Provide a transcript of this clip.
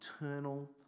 eternal